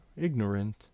ignorant